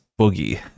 boogie